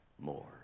more